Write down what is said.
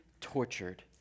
tortured